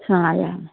হ্যাঁ